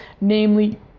namely